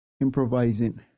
improvising